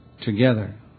together